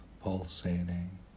pulsating